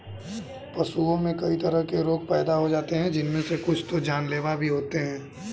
पशुओं में कई तरह के रोग पैदा हो जाते हैं जिनमे से कुछ तो जानलेवा भी होते हैं